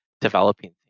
developing